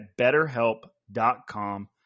BetterHelp.com